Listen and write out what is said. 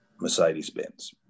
Mercedes-Benz